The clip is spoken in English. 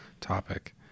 topic